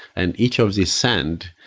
and each of this send,